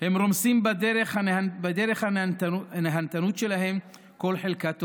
הם רומסים בדרך הנהנתנית שלהם כל חלקה טובה.